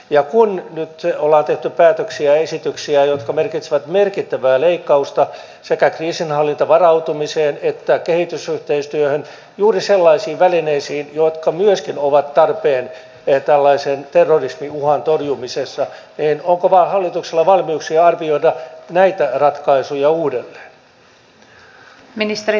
ja kun nyt ollaan tehty päätöksiä ja esityksiä jotka merkitsevät merkittävää leikkausta sekä kriisinhallintavarautumiseen että kehitysyhteistyöhön juuri sellaisiin välineisiin jotka myöskin ovat tarpeen tällaisen terrorismiuhan torjumisessa niin onko hallituksella valmiuksia arvioida näitä ratkaisuja uudelleen